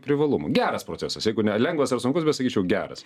privalumų geras procesas jeigu ne lengvas ar sunkus bet sakyčiau geras